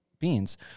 beans